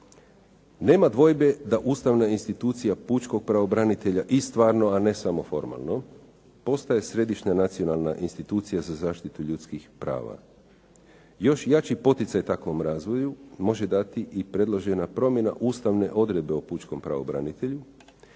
"Nema dvojbe da ustavna institucija pučkog pravobranitelja i stvarno a ne samo formalno postaje središnja nacionalna institucija za zaštitu ljudskih prava. Još jači poticaj takvom razvoju može dati i predložena promjena ustavne odredbe o pučkom pravobranitelju